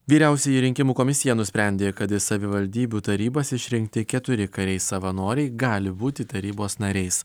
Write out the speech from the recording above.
vyriausioji rinkimų komisija nusprendė kad į savivaldybių tarybas išrinkti keturi kariai savanoriai gali būti tarybos nariais